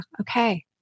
okay